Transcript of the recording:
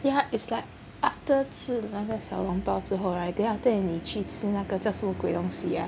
ya is like after 吃了那个小笼包之后 right then after that 你去吃那个叫什么鬼东西 ah